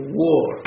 war